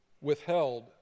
withheld